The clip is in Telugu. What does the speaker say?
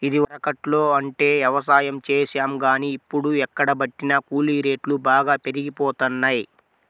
ఇదివరకట్లో అంటే యవసాయం చేశాం గానీ, ఇప్పుడు ఎక్కడబట్టినా కూలీ రేట్లు బాగా పెరిగిపోతన్నయ్